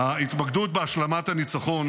ההתמקדות בהשלמת הניצחון